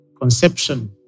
conception